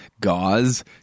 gauze